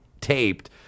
taped